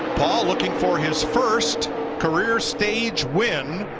paul, looking for his first career stage win.